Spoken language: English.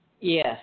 Yes